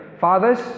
Fathers